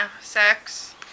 sex